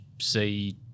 see